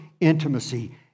intimacy